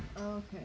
Okay